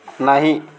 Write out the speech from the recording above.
नाही